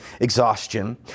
exhaustion